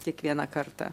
kiekvieną kartą